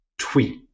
Tweet